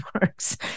works